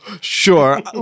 Sure